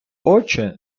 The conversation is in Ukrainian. очи